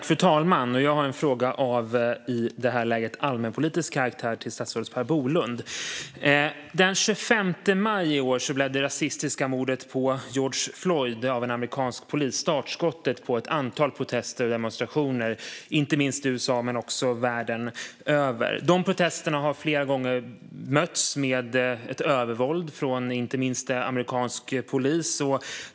Fru talman! Jag har en fråga av i det här läget allmänpolitisk karaktär till statsrådet Per Bolund. Den 25 maj i år blev det rasistiska mordet på George Floyd, som begicks av en amerikansk polis, startskottet för ett antal protester och demonstrationer i USA men också världen över. Protesterna har flera gånger mötts med övervåld, inte minst från amerikansk polis.